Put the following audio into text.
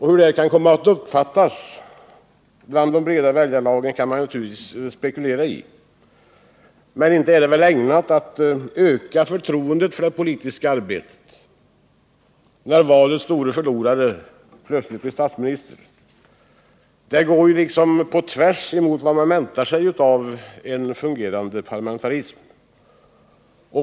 Hur detta kan komma att uppfattas bland de breda väljarlagren kan man naturligtvis spekulera i, men inte är det väl ägnat att öka förtroendet för det politiska arbetet, när valets store förlorare plötsligt blir statsminister. Det går ju tvärtemot vad man väntar sig av en fungerande parlamentarism.